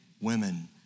women